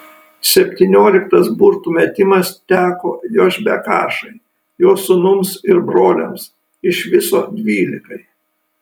septynioliktas burtų metimas teko jošbekašai jo sūnums ir broliams iš viso dvylikai